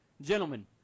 Gentlemen